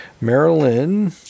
Marilyn